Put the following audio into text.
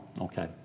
Okay